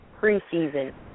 preseason